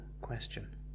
question